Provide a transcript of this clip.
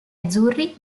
azzurri